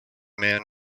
man